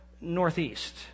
northeast